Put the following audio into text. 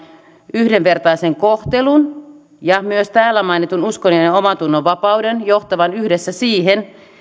yhdenvertaisen kohtelun ja myös täällä mainitun uskonnon ja omantunnonvapauden johtavan yhdessä siihen